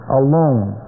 alone